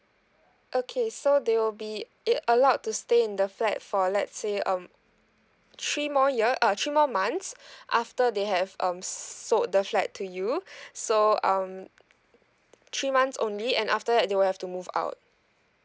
okay so they will be it allowed to stay in the flat for let's say um three more years uh three more months after they have um sold the flat to you so um three months only and after that they will have to move out